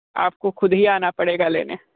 आपको ख़ुद ही आना पड़ेगा लेने